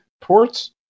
ports